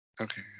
okay